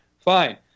Fine